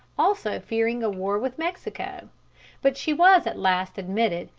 also fearing a war with mexico but she was at last admitted,